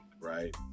right